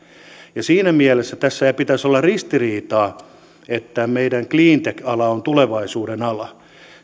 siinä mielessä tässä ei pitäisi olla ristiriitaa että meidän cleantech ala on tulevaisuuden ala